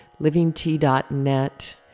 Livingtea.net